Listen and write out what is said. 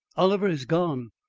oliver is gone.